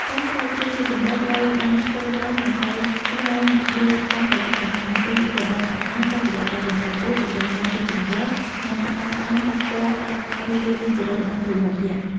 ការស្រាវជ្រាវស៊ីជម្រៅត្រូវបានធ្វើឡើងដើម្បីស្វែងយល់កាន់តែច្បាស់អំពីរបបអាហារ ឥរិយាបថបន្តពូជ តម្រូវការទីជម្រក និងកត្តាដែលប៉ះពាល់ដល់ការរស់រានមានជីវិតរបស់ត្រយងយក្ស។